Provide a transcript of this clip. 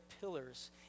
pillars